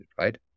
right